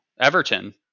everton